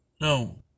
No